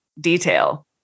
detail